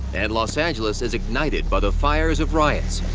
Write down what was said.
and los angeles is ignited by the fires of riots,